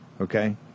okay